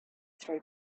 throw